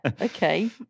okay